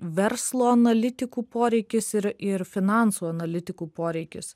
verslo analitikų poreikis ir ir finansų analitikų poreikis